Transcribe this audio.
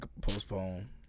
postpone